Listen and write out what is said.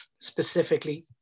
specifically